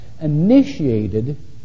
initiated